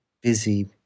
Busy